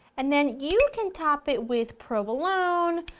and then you can top it with provolone,